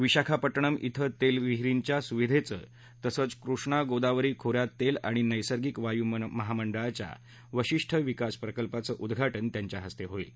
विशाखपट्टणम श्री तेलबिहीरींच्या सुविधेचं तसंच कृष्णा गोदावरी खो यात तेल आणि नैसर्गिक वायू महामंडळाच्या वशिष्ठ विकास प्रकल्पाचं उद्घाटन त्यांच्या हस्ते होईल